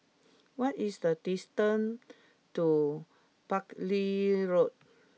what is the distance to Buckley Road